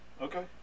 Okay